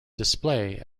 display